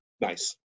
Nice